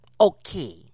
Okay